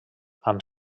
amb